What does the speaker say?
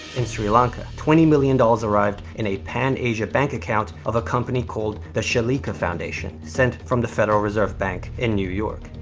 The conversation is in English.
in sri lanka, twenty million dollars arrived in a pan asia bank account of a company called the shalika foundation, sent from the federal reserve bank in new york.